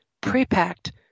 pre-packed